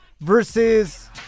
versus